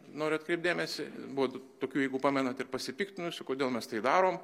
noriu atkreipt dėmesį buvo tokių jeigu pamenat ir pasipiktinusių kodėl mes tai darom